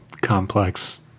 complex